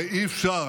הרי אי-אפשר.